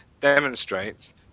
demonstrates